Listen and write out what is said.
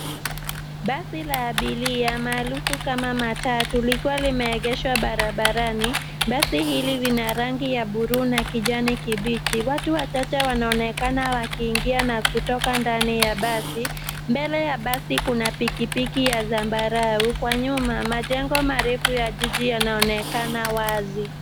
Basi la abiria maarufu kama matatu likiwa limeegeshwa barabarani. Basi hili lina rangi ya buluu na kijani kibichi. Watu wachache wanaonekana wakiingia na kutoka ndani ya basi. Mbele ya basi kuna pikipiki ya zambarau. Kwa nyuma, majengo marefu ya jiji yanaonekana wazi.